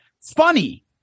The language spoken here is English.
Funny